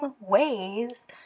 ways